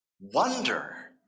wonder